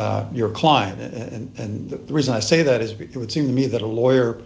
against your client and the reason i say that is it would seem to me that a lawyer